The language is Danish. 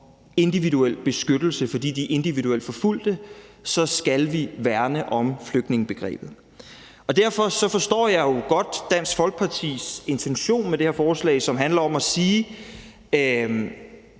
individuel beskyttelse, fordi de er individuelt forfulgt, skal vi værne om flygtningebegrebet. Derfor forstår jeg godt Dansk Folkepartis intention med det her forslag, som handler om at sige,